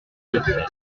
bruxelles